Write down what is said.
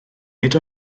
nid